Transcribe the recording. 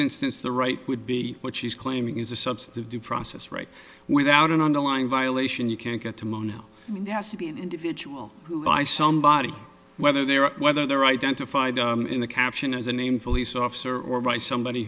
instance the right would be what she's claiming is a substantive due process right without an underlying violation you can't get to mono there has to be an individual who by somebody whether they're whether they're identified in the caption as a name felice officer or by somebody